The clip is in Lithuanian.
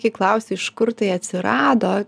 kai klausi iš kur tai atsirado